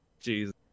Jesus